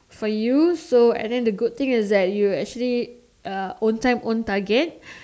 for use so I think the good thing is that you actually uh own time own target